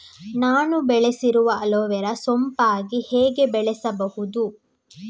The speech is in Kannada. ನಾನು ಬೆಳೆಸಿರುವ ಅಲೋವೆರಾ ಸೋಂಪಾಗಿ ಹೇಗೆ ಬೆಳೆಸಬಹುದು?